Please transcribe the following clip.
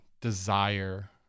desire